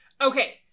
Okay